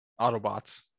Autobots